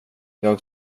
jag